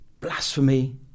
blasphemy